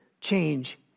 change